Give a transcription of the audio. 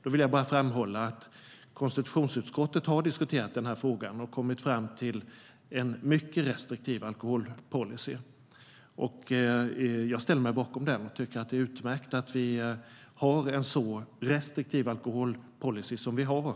Då vill jag bara framhålla att konstitutionsutskottet har diskuterat frågan och kommit fram till en mycket restriktiv alkoholpolicy. Jag ställer mig bakom den; jag tycker att det är utmärkt att vi har en så restriktiv alkoholpolicy som vi har.